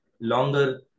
longer